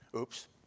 Oops